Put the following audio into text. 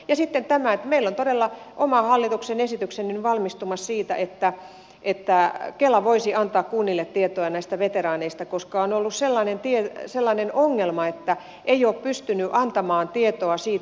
ja sitten tämä että meillä on todella oma hallituksen esitys valmistumassa siitä että kela voisi antaa kunnille tietoa veteraaneista koska on ollut sellainen ongelma että ei ole pystynyt antamaan tietoa siitä